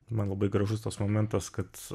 man labai gražus tas momentas kad